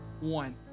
one